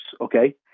Okay